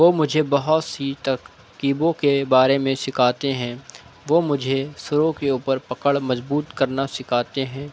وہ مجھے بہت سی ترکیبوں کے بارے میں سکھاتے ہیں وہ مجھے سروں کے اوپر پکڑ مضبوط کرنا سکھاتے ہیں